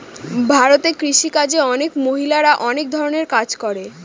ভারতে কৃষি কাজে অনেক মহিলারা অনেক ধরনের কাজ করে